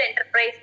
enterprise